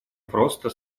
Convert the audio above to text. просто